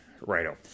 Righto